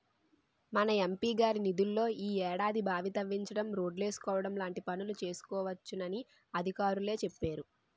మన ఎం.పి గారి నిధుల్లో ఈ ఏడాది బావి తవ్వించడం, రోడ్లేసుకోవడం లాంటి పనులు చేసుకోవచ్చునని అధికారులే చెప్పేరు